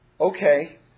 okay